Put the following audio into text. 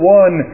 one